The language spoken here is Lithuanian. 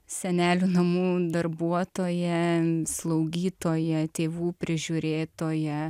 senelių namų darbuotoja slaugytoja tėvų prižiūrėtoja